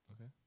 Okay